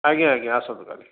ଆଜ୍ଞା ଆଜ୍ଞା ଆସନ୍ତୁ କାଲି